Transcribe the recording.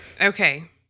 Okay